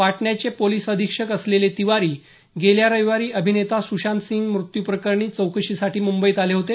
पाटण्याचे police अधीक्षक असलेले तिवारी गेल्या रविवारी अभिनेता सुशांतसिंह मृत्यू प्रकरणी चौकशीसाठी मुंबईत आले होते